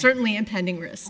certainly impending risk